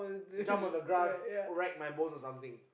jump on the grass wreck my bones or something